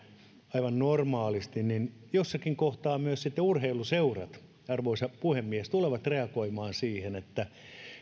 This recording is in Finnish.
aivan normaalisti niin jossakin kohtaa sitten myös urheiluseurat arvoisa puhemies tulevat reagoimaan siihen että